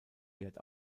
wert